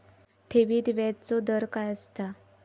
ठेवीत व्याजचो दर काय असता?